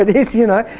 and it is you know.